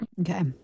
Okay